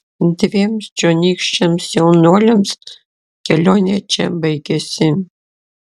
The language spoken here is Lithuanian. dviem čionykščiams jaunuoliams kelionė čia baigėsi